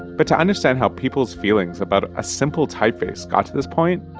but to understand how people's feelings about a simple typeface got to this point,